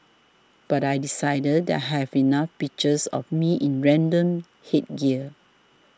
but I decided that I have enough pictures of me in random headgear